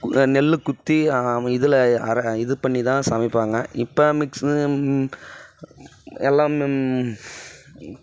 நெல்லு குத்தி இதில் அர இது பண்ணிதான் சமைப்பாங்க இப்போ மிக்ஸி எல்லாம்